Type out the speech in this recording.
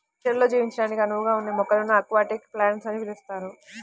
నీళ్ళల్లో జీవించడానికి అనువుగా ఉండే మొక్కలను అక్వాటిక్ ప్లాంట్స్ అని పిలుస్తారు